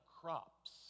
crops